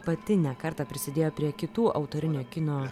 pati ne kartą prisidėjo prie kitų autorinio kino